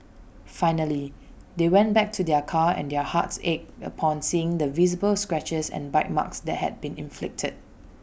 finally they went back to their car and their hearts ached upon seeing the visible scratches and bite marks that had been inflicted